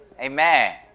Amen